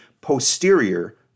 posterior